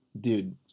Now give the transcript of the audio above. dude